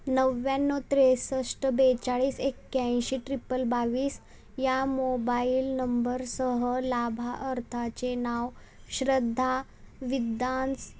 नव्याण्णव त्रेसष्ट बेचाळीस एक्याऐंशी ट्रिपल बावीस या मोबाईल नंबरसह लाभाअर्थाचे नाव श्रद्धा विद्दान्स